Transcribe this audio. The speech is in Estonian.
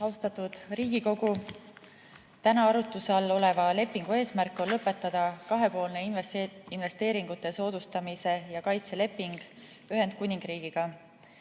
Austatud Riigikogu! Täna arutuse all oleva lepingu eesmärk on lõpetada kahepoolne investeeringute soodustamise ja kaitse leping Ühendkuningriigiga.